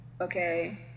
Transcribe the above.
Okay